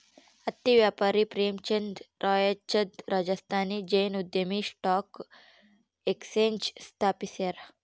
ಹತ್ತಿ ವ್ಯಾಪಾರಿ ಪ್ರೇಮಚಂದ್ ರಾಯ್ಚಂದ್ ರಾಜಸ್ಥಾನಿ ಜೈನ್ ಉದ್ಯಮಿ ಸ್ಟಾಕ್ ಎಕ್ಸ್ಚೇಂಜ್ ಸ್ಥಾಪಿಸ್ಯಾರ